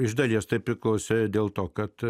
iš dalies tai priklause dėl to kad